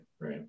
right